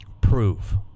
prove